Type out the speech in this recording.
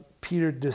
Peter